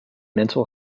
mental